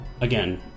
again